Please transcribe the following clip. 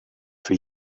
für